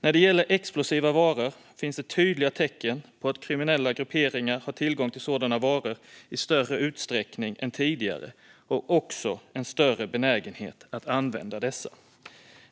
När det gäller explosiva varor finns det tydliga tecken på att kriminella grupperingar har tillgång till sådana varor i större utsträckning än tidigare och också en större benägenhet att använda dessa.